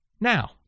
Now